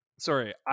Sorry